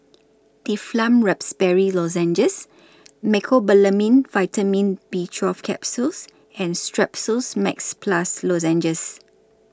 Difflam Raspberry Lozenges Mecobalamin Vitamin B twelve Capsules and Strepsils Max Plus Lozenges